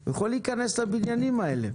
הוא יכול להיכנס לבניינים האלה.